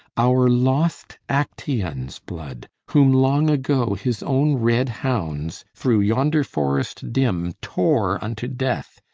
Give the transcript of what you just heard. our lost actaeon's blood, whom long ago his own red hounds through yonder forest dim tore unto death,